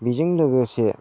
बेजों लोगोसे